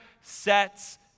sets